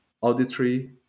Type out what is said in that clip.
auditory